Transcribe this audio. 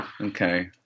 Okay